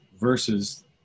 versus